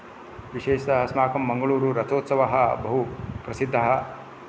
विशेषतः अस्माकं मङ्गलूरु रथोत्सवः बहु प्रसिद्धः